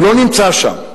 הוא לא נמצא שם.